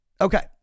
Okay